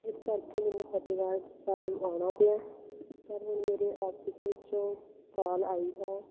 ਇਸ ਕਰਕੇ ਮੈਨੂੰ ਫਤਿਹਗੜ੍ਹ ਸਾਹਿਬ ਆਉਣਾ ਪਿਆ ਪਰ ਹੁਣ ਮੇਰੇ ਆਫਿਸ ਵਿੱਚੋਂ ਕਾਲ ਆਈ ਹੈ